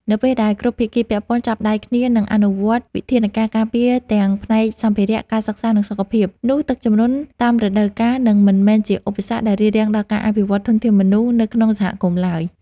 នៅពេលដែលគ្រប់ភាគីពាក់ព័ន្ធចាប់ដៃគ្នា និងអនុវត្តវិធានការការពារទាំងផ្នែកសម្ភារៈ ការសិក្សា និងសុខភាព នោះទឹកជំនន់តាមរដូវកាលនឹងមិនមែនជាឧបសគ្គដែលរារាំងដល់ការអភិវឌ្ឍធនធានមនុស្សនៅក្នុងសហគមន៍ឡើយ។